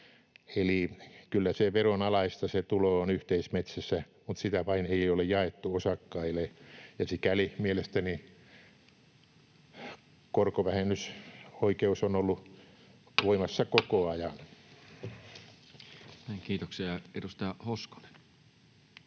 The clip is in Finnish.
Eli kyllä se tulo veronalaista on yhteismetsässä, mutta sitä vain ei ole jaettu osakkaille, ja sikäli mielestäni korkovähennysoikeus on ollut voimassa koko ajan. [Speech 345] Speaker: Toinen